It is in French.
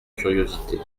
curiosité